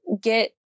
get